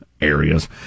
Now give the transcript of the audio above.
areas